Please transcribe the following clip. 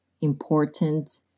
important